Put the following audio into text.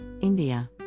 India